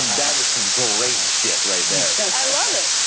that was some great shit right there. i love it.